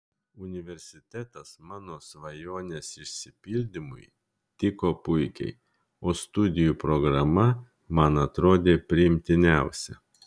universitetas mano svajonės išsipildymui tiko puikiai o studijų programa man atrodė priimtiniausia